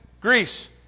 Greece